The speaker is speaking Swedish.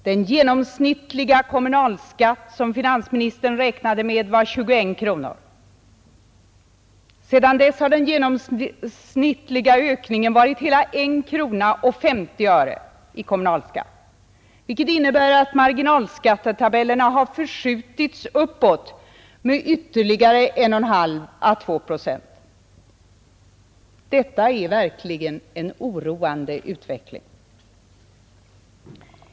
Den genomsnittliga kommunalskatt som finansministern räknade med var 21 kronor. Sedan dess har den genomsnittliga ökningen varit hela I krona 50 öre i kommunalskatt, vilket innebär att marginalskattetabellerna har förskjutits uppåt med ytterligare 1,5 å 2 procent. Detta är verkligen en oroande utveckling.